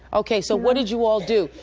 ok. so what did you all do?